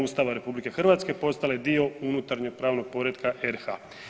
Ustava RH postale dio unutarnjeg pravnog poretka RH.